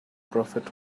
profit